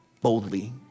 boldly